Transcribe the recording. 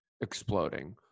exploding